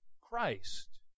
Christ